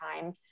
time